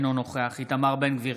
אינו נוכח איתמר בן גביר,